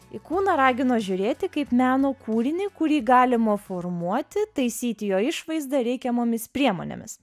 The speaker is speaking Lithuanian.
į kūną ragino žiūrėti kaip meno kūrinį kurį galima formuoti taisyti jo išvaizdą reikiamomis priemonėmis